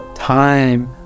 Time